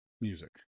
music